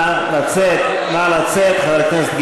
נא לצאת, חבר הכנסת גילאון.